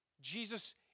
Jesus